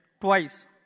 twice